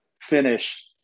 finish